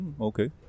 Okay